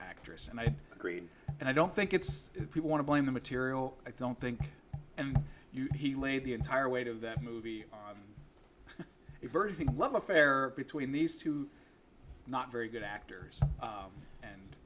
actress and green and i don't think it's people want to blame the material i don't think he laid the entire weight of that movie love affair between these two not very good actors